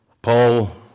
Paul